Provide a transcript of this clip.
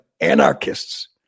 anarchists